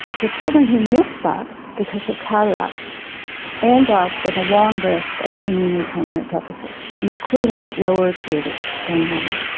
the children who miss that because of cataracts end up with a long list of seemingly permanent deficits, including lower acuity than normal.